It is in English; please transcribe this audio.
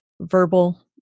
verbal